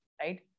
right